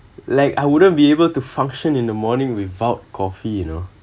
like I wouldn't be able to function in the morning without coffee you know